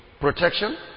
Protection